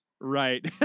Right